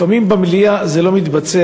לפעמים במליאה זה לא מתבצע.